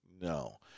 No